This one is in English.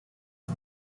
her